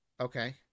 Okay